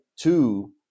Two